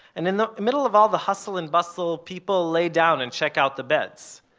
and in the the middle of all the hustle and bustle, people lay down and check out the beds.